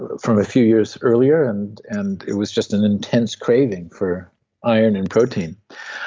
from a few years earlier, and and it was just an intense craving for iron and protein.